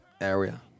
area